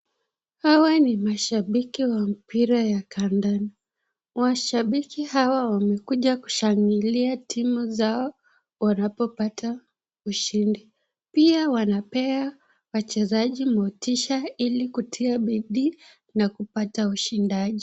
Hawa ni mashabiki wa mpira wa kandanda. Mashabiki hawa wamekuja kushangilia timu zao wanapopata ushindi. Pia wanapea wachezaji motisha ili kutia bidii na kupata ushidi.